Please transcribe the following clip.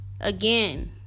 Again